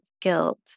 guilt